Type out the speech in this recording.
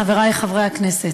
חבריי חברי הכנסת,